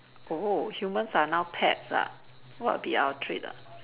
oh humans are now pets ah what will be our treat ah